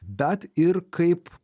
bet ir kaip